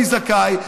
אני זכאי,